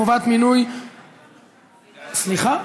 חובת מינוי ממלא מקום) סליחה,